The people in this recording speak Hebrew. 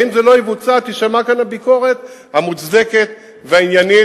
ואם זה לא יבוצע תישמע כאן הביקורת המוצדקת והעניינית,